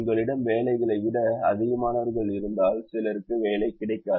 உங்களிடம் வேலைகளை விட அதிகமானவர்கள் இருந்தால் சிலருக்கு வேலை கிடைக்காது